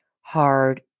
hard